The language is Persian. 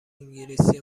انگلیسی